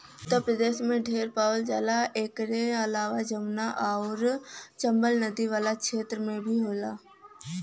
उत्तर प्रदेश में ढेर पावल जाला एकर अलावा जमुना आउर चम्बल नदी वाला क्षेत्र में भी होला